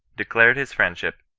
declared his friendship,